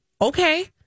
okay